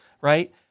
right